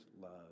love